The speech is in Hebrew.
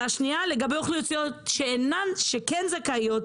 לגבי אוכלוסיות שכן זכאיות,